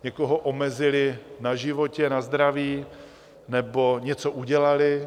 Někoho omezili na životě, na zdraví nebo něco udělali?